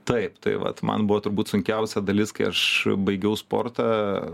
taip tai vat man buvo turbūt sunkiausia dalis kai aš baigiau sportą